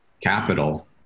capital